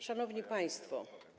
Szanowni Państwo!